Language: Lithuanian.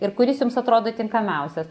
ir kuris jums atrodo tinkamiausias